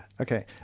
Okay